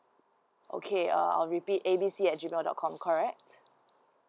okay uh I'll repeat A B C at G mail dot com correct